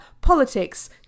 politics